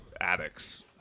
addicts